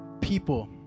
people